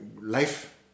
life